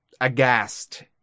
aghast